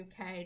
UK